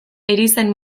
erizain